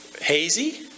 Hazy